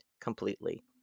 completely